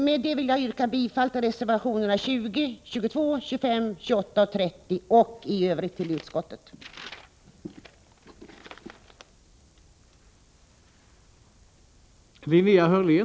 Med detta yrkar jag bifall till reservationerna 20, 22, 25, 28 och 30 samt i övrigt till utskottets hemställan.